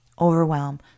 overwhelm